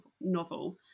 novel